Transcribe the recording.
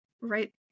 right